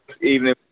evening